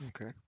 Okay